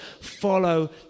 follow